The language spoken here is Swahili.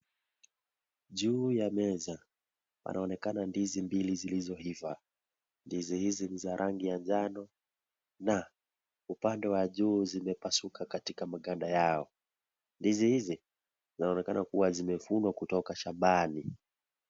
Juu ya meza panaonekana ndizi mbili zilizo iva, ndizi hizi ni za rangi ya njano na upande wa juu zimepasuka katika maganda yao. Ndizi hizi zinaonekana kua zimevunwa kutoka shambani.